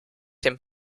dem